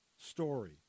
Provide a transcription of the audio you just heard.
story